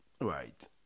right